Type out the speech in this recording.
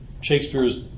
Shakespeare's